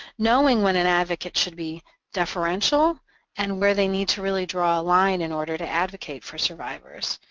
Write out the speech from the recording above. knowing when an advocate should be deferential and where they need to really draw a line in order to advocate for survivors,